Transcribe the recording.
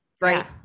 Right